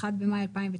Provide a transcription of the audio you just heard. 1 במאי 2019,